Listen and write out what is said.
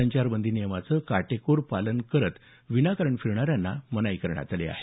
संचारबंदी नियमांचं काटेकोर पालन करत विनाकारण फिरणाऱ्यांना मनाई करण्यात आली आहे